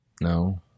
No